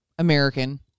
American